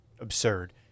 absurd